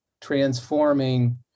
transforming